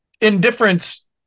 indifference